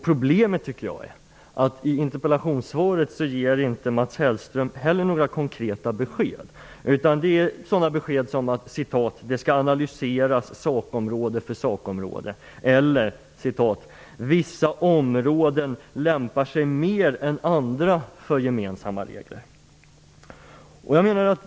Problemet är att Mats Hellström i interpellationssvaret inte heller ger några konkreta besked, utan beskeden är t.ex. att "subsidiaritetsprincipens tillämpning skall analyseras sakområde för sakområde" eller att "vissa områden lämpar sig mer än andra för gemensamma regler".